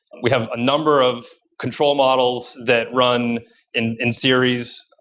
we have a number of control models that run in in series.